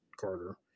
Carter